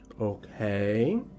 Okay